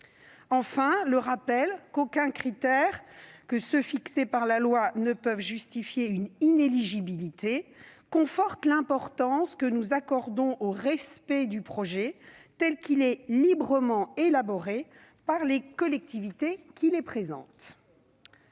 Enfin, le rappel qu'aucun autre critère que ceux qui sont fixés par la loi ne peut justifier une inéligibilité conforte l'importance que nous accordons au respect du projet, tel qu'il est librement élaboré par les collectivités qui le présentent.